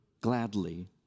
gladly